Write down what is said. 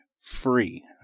free